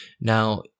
Now